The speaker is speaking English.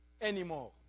anymore